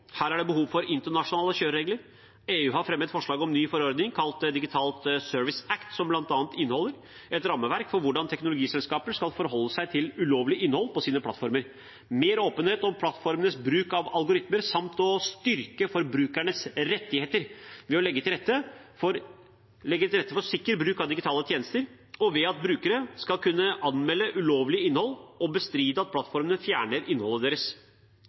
Her er det behov for internasjonale kjøreregler. EU har fremmet forslag om en ny forordning kalt Digital Services Act, som bl.a. inneholder et rammeverk for hvordan teknologiselskaper skal forholde seg til ulovlig innhold på sine plattformer, mer åpenhet om plattformenes bruk av algoritmer samt å styrke forbrukernes rettigheter ved å legge til rette for sikker bruk av digitale tjenester og ved at brukere skal kunne anmelde ulovlig innhold og bestride at plattformer fjerner innholdet deres.